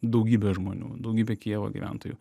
daugybė žmonių daugybė kijevo gyventojų